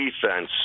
defense